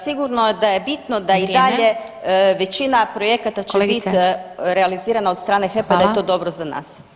Sigurno da je bitno da i dalje većina projekata će biti realizirana od strane HEP-a i da je to dobro za nas.